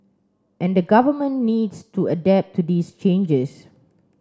and the government needs to adapt to these changes